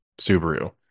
Subaru